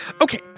Okay